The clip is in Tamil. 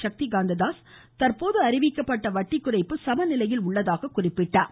சக்தி காந்த தாஸ் தற்போது அறிவிக்கப்பட்ட வட்டி குறைப்பு சமநிலையில் உள்ளதாக கூறினார்